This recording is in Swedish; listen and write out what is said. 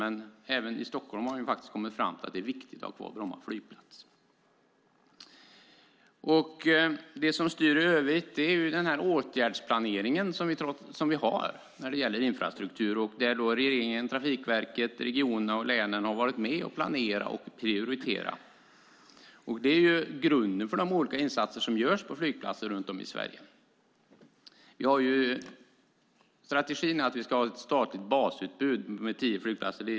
Men även i Stockholm har man kommit fram till att Bromma flygplats är viktig. Det som styr är åtgärdsplaneringen som vi har för infrastrukturen. Regeringen, Trafikverket, regionerna och länen har varit med och planerat och prioriterat. Det är grunden för de olika insatser som görs på flygplatser runt om i Sverige. Strategin är att vi ska ha ett statligt basutbud med tio flygplatser.